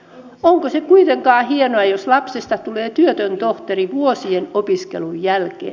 onko se kuitenkaan hienoa jos lapsesta tulee työtön tohtori vuosien opiskelun jälkeen